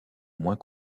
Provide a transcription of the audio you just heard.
moins